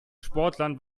sportlern